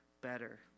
better